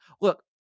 look